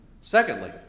Secondly